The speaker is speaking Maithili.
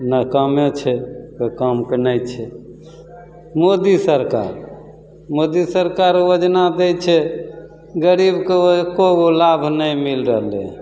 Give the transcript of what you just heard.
नाकामे छै कोइ कामके नहि छै मोदी सरकार मोदी सरकार योजना दै छै गरीबके एको गो लाभ नहि मिलि रहलै हँ